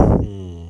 hmm